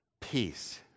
peace